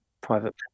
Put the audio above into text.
private